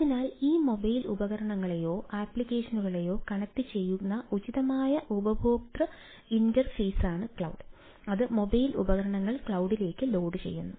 അതിനാൽ ഈ മൊബൈൽ ഉപകരണങ്ങളെയോ ആപ്ലിക്കേഷനുകളെയോ കണക്റ്റുചെയ്യുന്ന ഉചിതമായ ഉപയോക്തൃ ഇന്റർഫേസാണ് ക്ലൌഡ് അത് മൊബൈൽ ഉപകരണങ്ങൾ ക്ലൌഡിലേക്ക് ലോഡുചെയ്യുന്നു